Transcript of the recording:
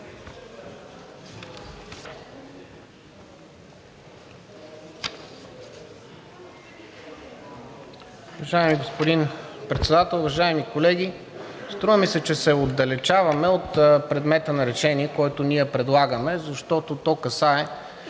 Уважаеми господин Председател, уважаеми колеги! Струва ми се, че се отдалечаваме от предмета на решение, което ние предлагаме, защото то касае